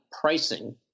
pricing